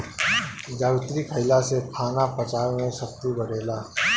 जावित्री खईला से खाना पचावे के शक्ति बढ़ेला